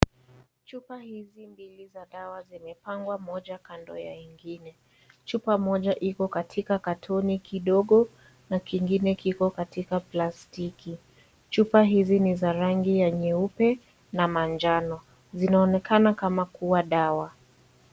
Chupa hizi mbili za dawa zimepangwa moja kando ya ingine. Chupa moja iko katika katoni kidogo, na kingine kiko katika plastiki. Chupa hizi ni za rangi ya nyeupe na manjano zinaonekana kama kuwa dawa.